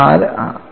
4 ആണ്